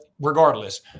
regardless